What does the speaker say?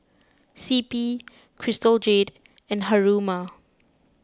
C P Crystal Jade and Haruma